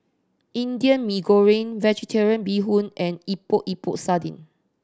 Indian Mee Goreng Vegetarian Bee Hoon and Epok Epok Sardin